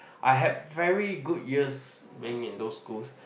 I had very good years being in those schools